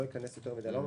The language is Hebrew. ולא אכנס יותר מדי לעומק,